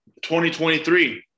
2023